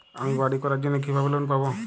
আমি বাড়ি করার জন্য কিভাবে লোন পাব?